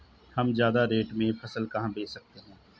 हम ज्यादा रेट में फसल कहाँ बेच सकते हैं?